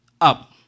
up